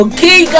Okay